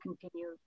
continue